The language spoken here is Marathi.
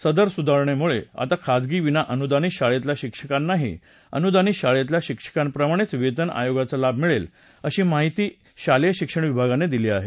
सदर सुधारणेमुळे आता खाजगी विनाअनुदानित शाळेतल्या शिक्षकांनाही अनुदानित शाळेतल्या शिक्षकांप्रमाणे वेतन आयोगाचा लाभ मिळेल अशी माहिती शालेयशिक्षण विभागाने दिली आहे